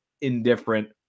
indifferent